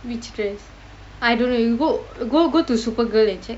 which dress I don't know you g~ go to Supergurl and check